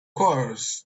course